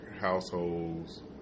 households